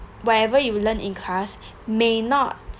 whatever you learn in class may not